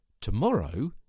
tomorrow